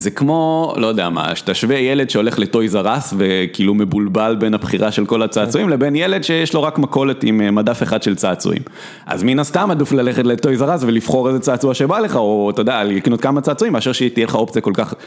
זה כמו, לא יודע מה, שתשווה ילד שהולך לטויז אר אס וכאילו מבולבל בין הבחירה של כל הצעצועים לבין ילד שיש לו רק מכולת עם מדף אחד של צעצועים, אז מן הסתם עדיף ללכת לטויז אר אס ולבחור איזה צעצוע שבא לך, או אתה יודע, לקנות כמה צעצועים, מאשר שתהיה לך אופציה כל כך...